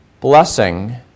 Blessing